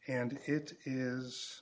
and it is